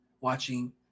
watching